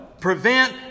prevent